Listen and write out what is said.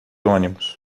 ônibus